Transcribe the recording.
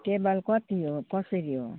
table कति हो कसरी हो